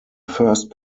first